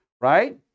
right